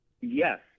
yes